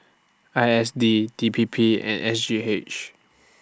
I S D D P P and S G H